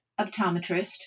optometrist